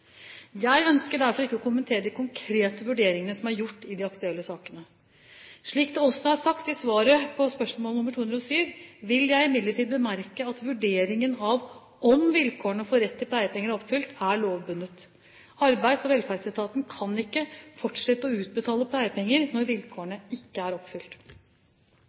Jeg ønsker derfor ikke å kommentere de konkrete vurderingene som er gjort i de aktuelle sakene. Slik det også er sagt i svaret på spørsmål nr. 207, vil jeg imidlertid bemerke at vurderingen av om vilkårene for rett til pleiepenger er oppfylt, er lovbundet. Arbeids- og velferdsetaten kan ikke fortsette å utbetale pleiepenger når vilkårene ikke er oppfylt.